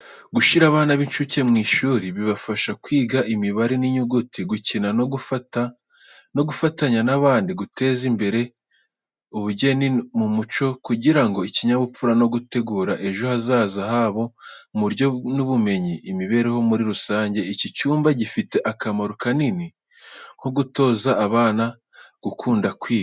Gushyira abana b’incuke mu ishuri bibafasha kwiga imibare n’inyuguti, gukina no gufatanya n’abandi, guteza imbere ubugeni n’umuco, kugira ikinyabupfura, no gutegura ejo hazaza habo mu buryo bw’ubumenyi n’imibereho muri rusange. Iki cyumba gifite akamaro kanini nko gutoza abana gukunda kwiga.